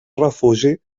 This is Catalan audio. refugi